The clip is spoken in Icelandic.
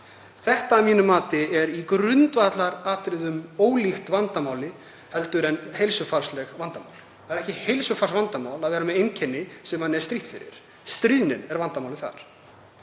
er að mínu mati í grundvallaratriðum annað vandamál en heilsufarslegt vandamál. Það er ekki heilsufarsvandamál að vera með einkenni sem manni strítt með. Stríðnin er vandamálið þar.